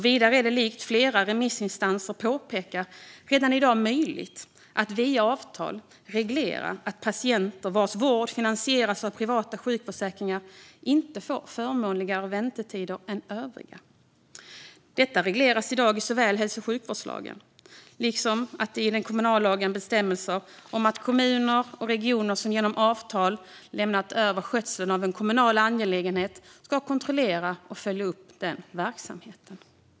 Vidare är det, som flera remissinstanser påpekar, redan i dag möjligt att via avtal reglera att patienter vars vård finansieras av privata sjukförsäkringar inte får förmånligare väntetider än övriga. Detta regleras i dag i hälso och sjukvårdslagen, och det finns även i kommunallagen bestämmelser om att kommuner och regioner som genom avtal lämnat över skötseln av en kommunal angelägenhet ska kontrollera och följa upp verksamheten.